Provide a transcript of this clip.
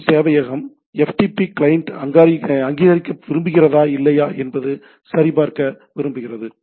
ftp சேவையகம் ftp client அங்கீகரிக்க விரும்புகிறதா இல்லையா என்பது சரிபார்க்க விரும்புகிறது